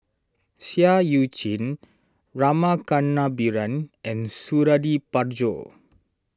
Seah Eu Chin Rama Kannabiran and Suradi Parjo